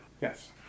Yes